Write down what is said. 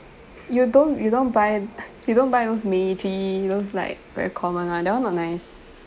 you don't you don't buy you don't buy those meiji those like very common [one] that one not nice